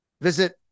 Visit